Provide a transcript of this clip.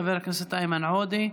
חבר הכנסת איימן עודה,